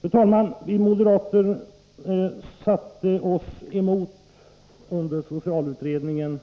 Fru talman! Vi moderater satte oss emot några saker under socialutredningen.